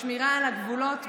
בשמירה על הגבולות,